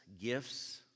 gifts